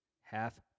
half